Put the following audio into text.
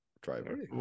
driver